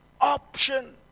option